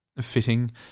fitting